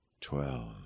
Twelve